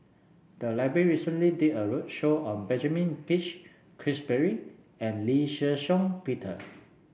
the library recently did a roadshow on Benjamin Peach Keasberry and Lee Shih Shiong Peter